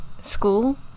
school